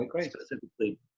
specifically